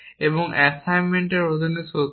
এবং একটি অ্যাসাইনমেন্টের অধীনে সত্য